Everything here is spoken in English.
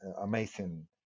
amazing